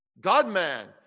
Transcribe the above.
God-man